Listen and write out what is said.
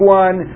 one